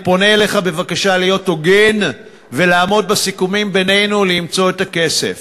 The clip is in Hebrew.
אני פונה אליך בבקשה להיות הוגן ולעמוד בסיכומים בינינו למצוא את הכסף.